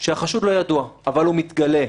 ואחת שלא הוכחה כוונה לפגוע בביטחון המדינה.